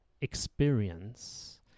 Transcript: experience